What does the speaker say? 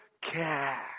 care